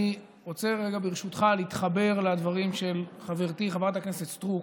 אני רוצה רגע ברשותך להתחבר לדברים של חברתי חברת הכנסת סטרוק.